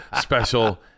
special